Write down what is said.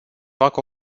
fac